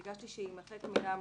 ביקשתי שתימחק המילה "מוגבלות"